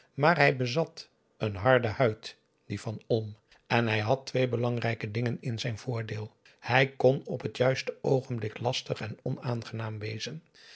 maar hij bezat een harde huid die van olm en hij had twee belangrijke dingen in zijn voordeel hij kon op het juiste oogenblik lastig en onaangenaam wezen